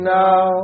now